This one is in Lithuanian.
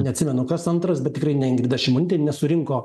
neatsimenu kas antras bet tikrai ne ingrida šimonytė nesurinko